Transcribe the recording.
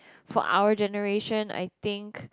for our generation I think